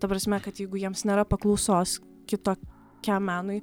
ta prasme kad jeigu jiems nėra paklausos kitokiam menui